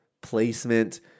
placement